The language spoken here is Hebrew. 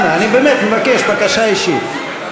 אנא, אני באמת מבקש, בקשה אישית.